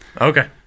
okay